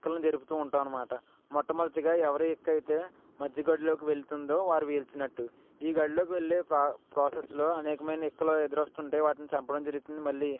ఇక్కలను జరుపుతూ ఉంటాను అన్నమాట మొట్టమొదటిగా ఎవరి ఇక్కయితే మధ్య గడిలోకి వెళుతుందో వారుగెలిచినట్టు ఈ గడిలోకి వెళ్ళే ప్రాసెస్లో అనేకమైన ఇక్కలు ఎదురు వస్తుంటాయి వాటిని చంపడం జరుగుతుంది మళ్ళీ